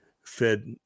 fed